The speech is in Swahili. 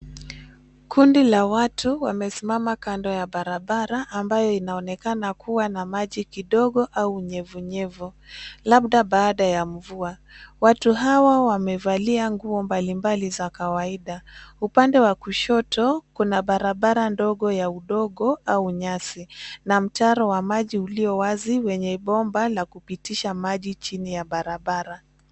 Kundi la watu wamesimama kando ya barabara ambayo inaonekana kuwa na maji kidogo au unyevunyevu, labda baada ya mvua. Watu hawa wamevalia nguo mbalimbali za kawaida. Upande wa kushoto, kuna barabara ndogo ya udongo au nyasi, na mtaro wa maji ulio wazi wenye bomba linalopitisha maji chini ya barabara.